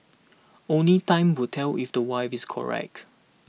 only time will tell if the wife is correct